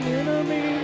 enemy